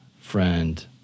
friend